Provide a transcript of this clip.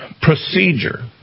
procedure